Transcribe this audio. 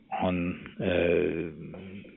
on